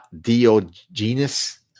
Diogenes